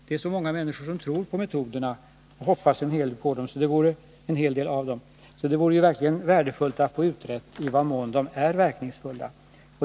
Det är så många människor som tror på metoderna och som hoppas mycket av dem, så det vore verkligen värdefullt att få utrett i vad mån de är verkningsfulla.